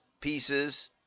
pieces